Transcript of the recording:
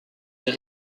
est